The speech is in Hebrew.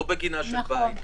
לא בגינה של בית,